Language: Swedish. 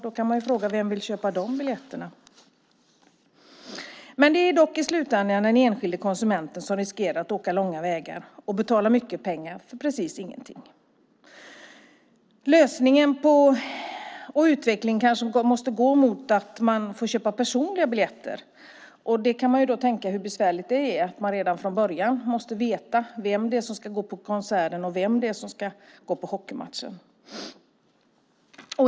Då kan man fråga sig vem som vill köpa de biljetterna. Det är dock i slutändan den enskilda konsumenten som riskerar att åka långa vägar och betala mycket pengar för precis ingenting. Lösningen och utvecklingen kanske måste gå mot att man får köpa personliga biljetter. Då kan man tänka sig hur besvärligt det blir att man redan från början måste veta vem det är som ska gå på konserten och vem det är som ska gå på hockeymatchen.